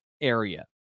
area